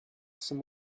some